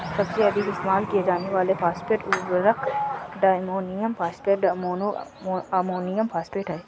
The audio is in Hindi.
सबसे अधिक इस्तेमाल किए जाने वाले फॉस्फेट उर्वरक diammonium phosphate, mono ammonium phosphate हैं